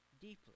deeply